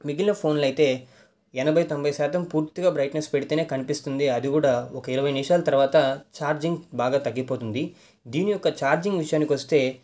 మిగిలిన ఫోన్లయితే ఎనభై తొంభై శాతం పూర్తిగా బ్రయిట్నెస్ పెడితేనే కనిపిస్తుంది అది కూడా ఒక ఇరవై నిమిషాల తర్వాత ఛార్జింగ్ బాగా తగ్గిపోతుంది దీని యొక్క ఛార్జింగ్ విషయానికొస్తే